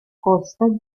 costas